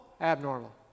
abnormal